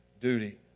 duty